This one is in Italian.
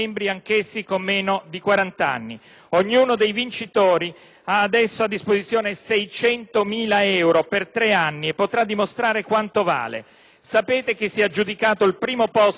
ha adesso a disposizione 600.000 euro per tre anni e potrà dimostrare quanto vale. Sapete chi si è aggiudicato il primo posto tra i 1.720 progetti presentati a questo concorso?